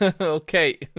okay